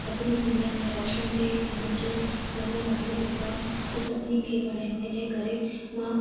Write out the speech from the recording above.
सभिनी दुनिया में रोशनु थिए ऐं मुंहिंजो गानो ॻाइणो जेको आहे उहो सभिनी खे वणे इनकरे मां